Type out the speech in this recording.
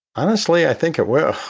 honestly, i think it will.